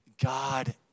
God